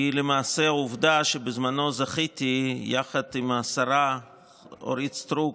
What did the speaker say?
זה למעשה העובדה שבזמנו זכיתי יחד עם השרה אורית סטרוק,